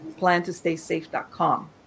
PlanToStaySafe.com